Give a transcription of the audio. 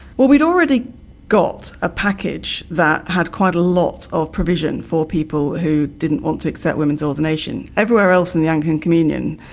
well we'd already got a package that had quite a lot of provision for people who didn't want to accept women's ordination. everywhere else in the anglican communion,